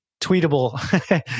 tweetable